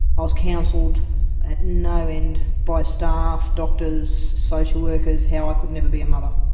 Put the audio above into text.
i was counselled no end by staff, doctors, social workers how i could never be a mother.